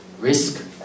risk